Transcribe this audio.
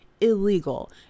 illegal